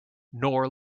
nor